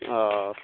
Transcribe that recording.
ہ